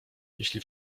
jeśli